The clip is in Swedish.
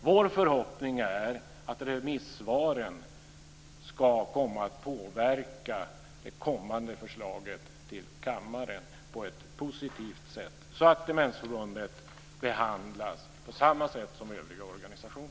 Vår förhoppning är att remissvaren ska komma att påverka det kommande förslaget till kammaren på ett positivt sätt, så att Demensförbundet behandlas på samma sätt som övriga organisationer.